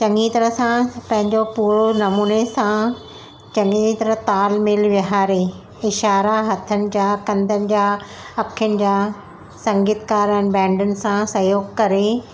चङी तरह सां पंहिंजो पूरो नमूने सां चङी तरह तालि मेलि विहारे इशारा हथनि जा कंधनि जा अखियुनि जा संगीतकारनि बैंडुनि सां सहियोगु करे